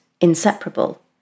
inseparable